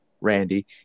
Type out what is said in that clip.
Randy